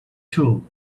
tool